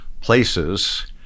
places